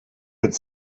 could